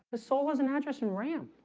the soul wasn't addressing ram